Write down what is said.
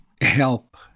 help